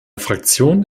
fraktion